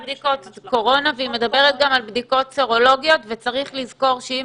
בדיקות קורונה והיא מדברת גם על בדיקות סרולוגיות וצריך לזכור שאם